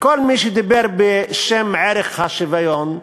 וכל מי שדיבר בשם ערך השוויון,